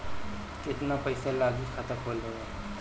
केतना पइसा लागी खाता खोले में?